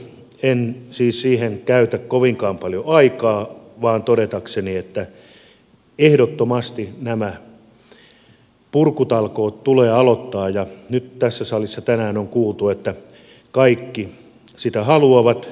en siis siihen käytä kovinkaan paljon aikaa vaan totean että ehdottomasti nämä purkutalkoot tulee aloittaa ja nyt tässä salissa tänään on kuultu että kaikki sitä haluavat